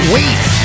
Wait